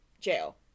jail